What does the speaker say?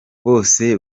bose